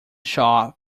shaw